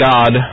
God